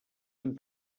amb